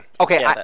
Okay